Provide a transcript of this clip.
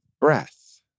breath